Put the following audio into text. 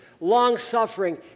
long-suffering